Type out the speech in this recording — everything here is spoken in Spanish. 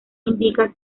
indica